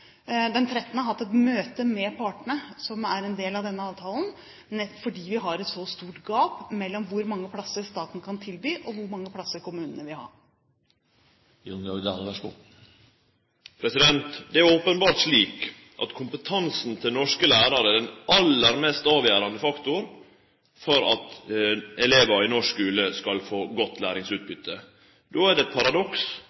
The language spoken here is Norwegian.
den 13. – hatt et møte med partene som er en del av denne avtalen, fordi det er et så stort gap mellom hvor mange plasser staten kan tilby, og hvor mange plasser kommunene vil ha. Det er openbert slik at kompetansen til norske lærarar er den aller mest avgjerande faktoren for at elevar i norsk skule skal få godt